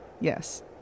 Yes